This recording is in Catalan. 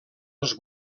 els